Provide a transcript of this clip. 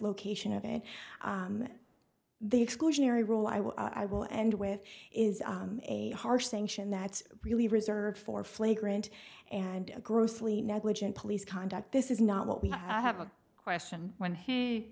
location of it the exclusionary rule i will i will end with is a harsh sanction that really reserved for flagrant and grossly negligent police conduct this is not what we have a question when he